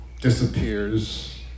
disappears